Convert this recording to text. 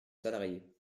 salariés